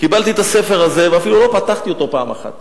קיבלתי את הספר הזה ואפילו לא פתחתי אותו פעם אחת,